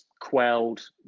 quelled